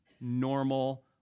normal